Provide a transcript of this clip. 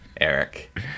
Eric